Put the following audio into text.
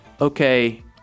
okay